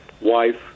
wife